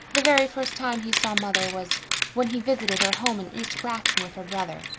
the very first time he saw mother was when he visited her home in east grafton with her brother.